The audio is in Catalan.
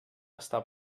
estar